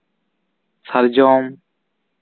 ᱥᱟᱨᱡᱚᱢ